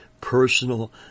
personal